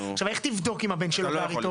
עכשיו איך תבדוק שהבן שלו באמת גר איתו?